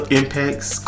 impacts